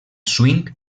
swing